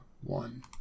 one